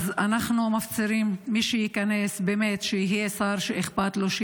אז אנחנו מפצירים שמי שייכנס יהיה שר שאכפת לו,